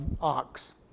ox